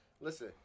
Listen